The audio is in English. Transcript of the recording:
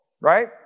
right